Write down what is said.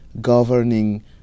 governing